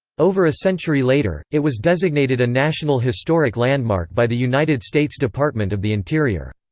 over a century later, it was designated a national historic landmark by the united states department of the interior.